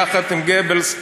יחד עם גבלס,